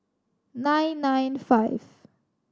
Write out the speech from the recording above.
nine nine five